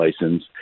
license